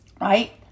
right